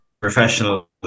professional